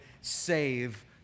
save